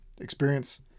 experience